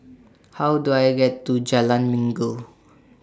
How Do I get to Jalan Minggu